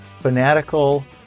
fanatical